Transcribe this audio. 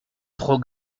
trop